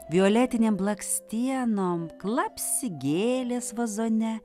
violetinėm blakstienom klapsi gėlės vazone